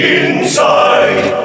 inside